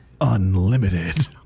Unlimited